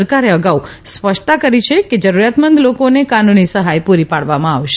સરકારે અગાઉ સ્પષ્ટતા કરી છે કે જરૂરતમંદ લોકોને કાનૂની સહાય પુરી પાડવામાં આવશે